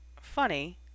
funny